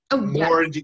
more